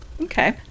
Okay